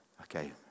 Okay